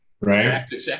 right